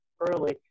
early